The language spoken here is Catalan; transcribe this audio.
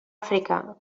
àfrica